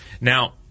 Now